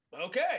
Okay